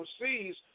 overseas